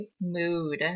mood